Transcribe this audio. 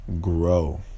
grow